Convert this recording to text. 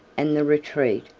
and the retreat,